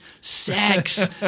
sex